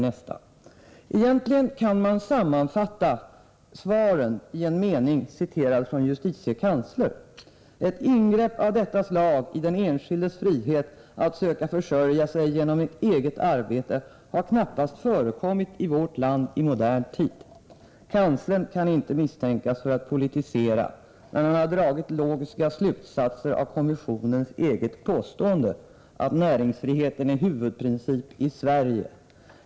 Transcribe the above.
Man kan egentligen sammanfatta remissvaren i en mening citerad från justitiekanslern: ”Ett ingrepp av detta slag i den enskildes frihet att söka försörja sig genom eget arbete har knappast förekommit i vårt land i modern tid.” Justitiekanslern kan inte misstänkas för att politisera därför att han har dragit logiska slutsatser av kommissionens eget påstående att näringsfriheten är huvudprincip i dag.